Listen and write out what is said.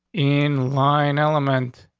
in line element.